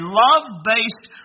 love-based